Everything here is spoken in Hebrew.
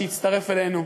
שהצטרף אלינו,